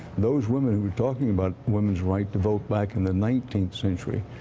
those women we're talking about women's right to vote back in the nineteenth century.